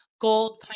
gold